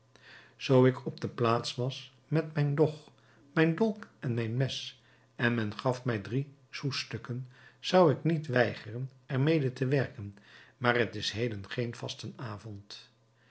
zoo ik op de plaats was met mijn dog mijn dolk en mijn mes en men gaf mij drie sousstukken zou ik niet weigeren er mede te werken maar t is heden geen